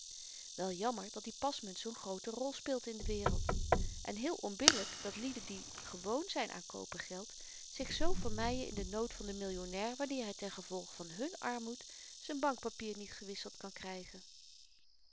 wel jammer dat die pasmunt zoo'n groote rol speelt in de wereld en heel onbillyk dat lieden die gewoon zyn aan kopergeld zich zoo vermeien in den nood van den millionair wanneer hy tengevolge van hun armoed z'n bankpapier niet gewisseld kan krygen